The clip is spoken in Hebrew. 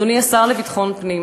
אדוני השר לביטחון פנים,